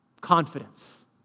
Confidence